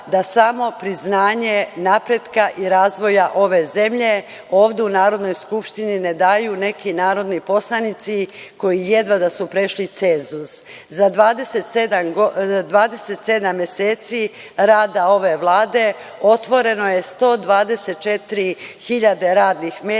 da smo priznanje napretka i razvoja ove zemlje ovde u Narodnoj skupštini ne daju neki narodni poslanici, koji jedva da su prešli cenzus. Za 27 meseci rada ove Vlade otvoreno je 124 hiljade radnih mesta,